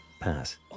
pass